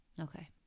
Okay